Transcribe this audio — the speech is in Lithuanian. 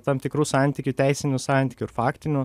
tam tikrų santykių teisinių santykių ir faktinių